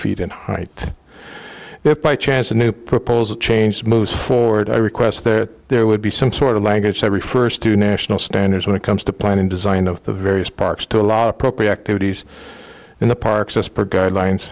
feet in height if by chance a new proposal change moves forward i request that there would be some sort of language that refers to national standards when it comes to planning design of the various parks to a lot of property activities in the parks as per guidelines